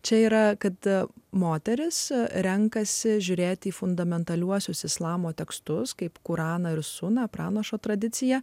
čia yra kad moteris renkasi žiūrėti į fundamentaliuosius islamo tekstus kaip koraną ir suna pranašo tradiciją